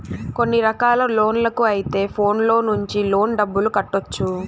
కొన్ని రకాల లోన్లకు అయితే ఫోన్లో నుంచి లోన్ డబ్బులు కట్టొచ్చు